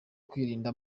kwirinda